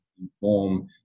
inform